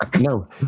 No